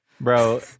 bro